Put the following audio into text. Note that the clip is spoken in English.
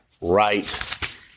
right